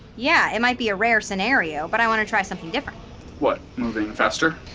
yeah. it might be a rare scenario, but i want to try something different what, moving faster?